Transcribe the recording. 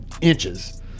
inches